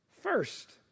first